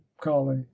collie